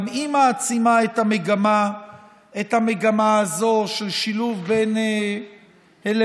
גם זה מעצים את המגמה הזו של שילוב בין אלמנטים